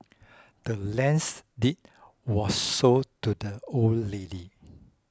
the land's deed was sold to the old lady